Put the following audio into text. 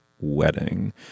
wedding